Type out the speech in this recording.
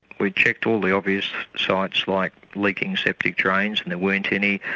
we checked all the obvious sites like leaking septic drains and there weren't any,